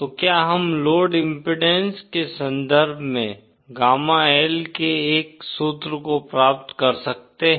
तो क्या हम लोड इम्पीडेन्स के संदर्भ में गामा L के एक सूत्र को प्राप्त कर सकते हैं